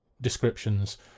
descriptions